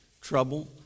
trouble